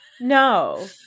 No